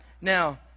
Now